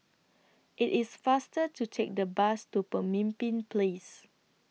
IT IS faster to Take The Bus to Pemimpin Place